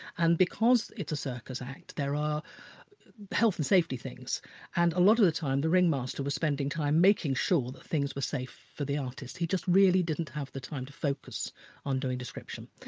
and because it's a circus act there are health and safety things and a lot of the time the ringmaster was spending time making sure that things were safe for the artists, he just really didn't have the time to focus on doing description.